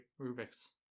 Rubik's